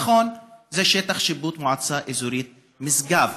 נכון, זה שטח שיפוט של המועצה האזורית משגב,